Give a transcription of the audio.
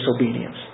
disobedience